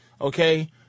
Okay